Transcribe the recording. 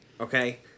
Okay